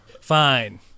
Fine